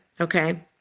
okay